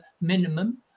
minimum